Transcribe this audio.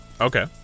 Okay